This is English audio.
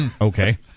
Okay